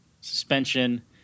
suspension